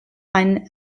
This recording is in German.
eine